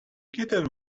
kitten